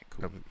cool